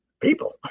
people